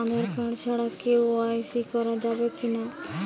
Aadhaar card ছাড়া KYC করা যাবে কি না?